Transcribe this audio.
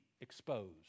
exposed